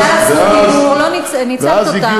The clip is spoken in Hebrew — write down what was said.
זה לא נכון,